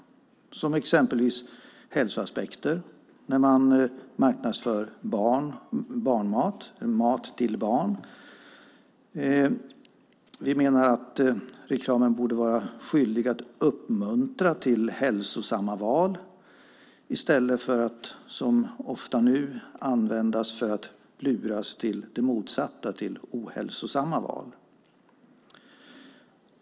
Det gäller till exempel hälsoaspekter för mat till barn. Vi menar att reklamen borde vara skyldig att uppmuntra till hälsosamma val i stället för att som ofta nu användas för att lura till det motsatta, det vill säga ohälsosamma val.